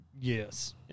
Yes